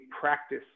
practice